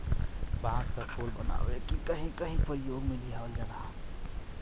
बांस क पुल बनाके भी कहीं कहीं परयोग में लियावल जाला